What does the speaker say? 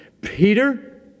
Peter